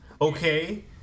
Okay